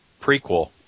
prequel